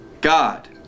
God